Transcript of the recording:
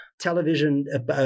television